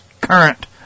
current